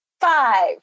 Five